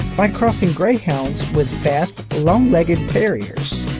by crossing greyhounds with fast, long-legged terriers.